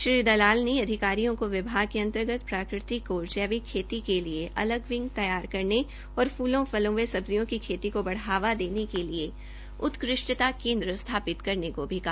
श्री दलाल ने अधिकारियों को विभाग के अंतर्गत प्राकृतिक और जैविक खेती के लिए अलग विंग तैयार करने और फूलों फलोंव सबिज्यों की खेती को बढ़ावा देने के लिए उत्कृष्टता केन्द्र स्थापित करने को भी कहा